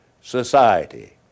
society